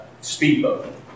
speedboat